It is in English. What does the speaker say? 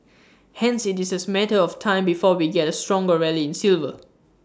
hence IT is A matter of time before we get A stronger rally in silver